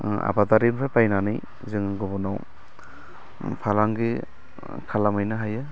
आबादारिनिफ्राय बायनानै जों गुबुनाव फालांगि खालामहैनो हायो